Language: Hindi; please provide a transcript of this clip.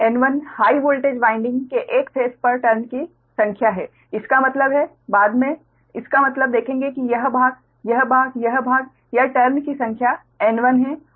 N1 हाई वोल्टेज वाइंडिंग के एक फेस पर टर्न की संख्या है इसका मतलब है बाद में इसका मतलब देखेंगे कि यह भाग यह भाग यह भाग या टर्न की संख्या N1 है